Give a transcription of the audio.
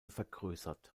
vergrößert